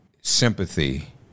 sympathy